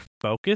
focus